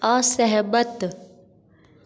असहमत